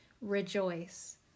Rejoice